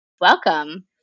Welcome